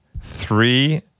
three